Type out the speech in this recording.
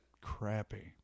crappy